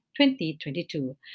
2022